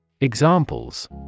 Examples